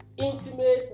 Intimate